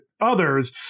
others